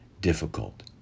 difficult